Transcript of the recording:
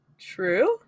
True